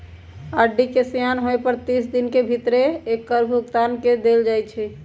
RD के सेयान होय पर तीस दिन के भीतरे एकर भुगतान क देल जाइ छइ